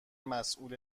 مسئول